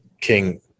King